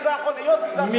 אני לא יכול להיות בגלל,